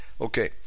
Okay